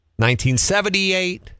1978